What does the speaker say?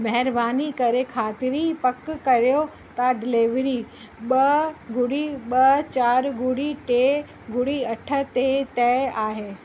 महिरबानी करे खातरी पक कयो त डिलीवरी ॿ ॿुड़ी ॿ चारि ॿुड़ी टे ॿुड़ी अठ ते तय आहे